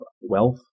wealth